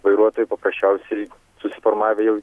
vairuotojai paprasčiausiai susiformavę jau